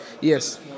Yes